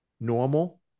normal